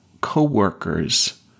co-workers